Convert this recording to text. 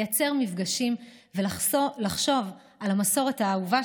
לייצר מפגשים ולחשוב על המסורת האהובה